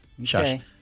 Okay